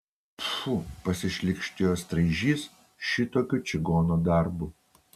pfu pasišlykštėjo straižys šitokiu čigono darbu